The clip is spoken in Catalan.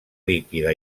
líquida